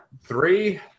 Three